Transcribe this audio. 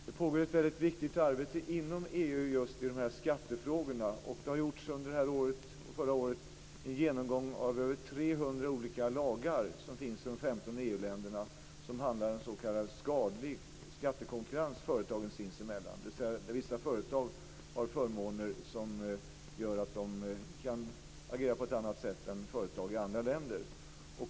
Fru talman! Det pågår ett väldigt viktigt arbete inom EU just när det gäller skattefrågorna. Och det har under detta år och förra året gjorts en genomgång av över 300 olika lagar som finns i de 15 EU länderna och som handlar om s.k. skadlig skattekonkurrens företagen sinsemellan, dvs. där vissa företag har förmåner som gör att de kan agera på ett annat sätt än företag i andra länder.